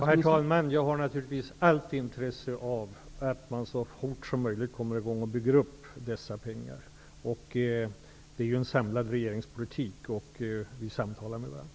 Herr talman! Jag har naturligtvis allt intresse av att man så fort som möjligt kommer i gång med arbetena och bygger för de beslutade pengarna. Det finns en samlad regeringspolitik, och vi samtalar med varandra.